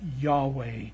Yahweh